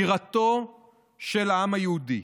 בירתו של העם היהודי,